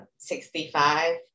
65